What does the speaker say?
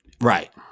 Right